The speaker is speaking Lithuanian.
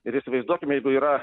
ir įsivaizduokim jeigu yra